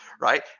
right